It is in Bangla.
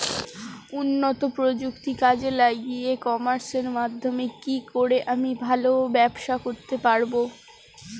উন্নত প্রযুক্তি কাজে লাগিয়ে ই কমার্সের মাধ্যমে কি করে আমি ভালো করে ব্যবসা করতে পারব?